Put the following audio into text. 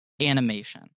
animation